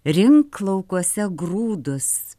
rink laukuose grūdus